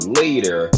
later